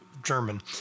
German